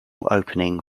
opening